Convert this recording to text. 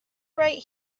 right